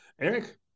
Eric